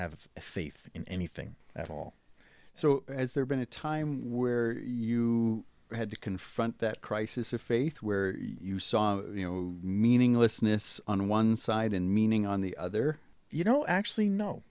have a faith in anything at all so as there been a time where you had to confront that crisis of faith where you saw you know meaninglessness on one side and meaning on the other you know actually no